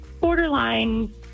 borderline